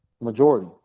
Majority